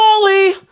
wally